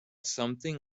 something